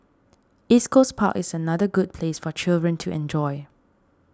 East Coast Park is another good place for children to enjoy